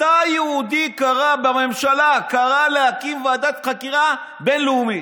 מתי יהודי בממשלה קרא להקים ועדת חקירה בין-לאומית?